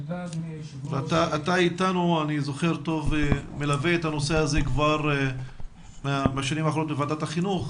אתה מלווה את הנושא הזה בשנים האחרונות בוועדת החינוך.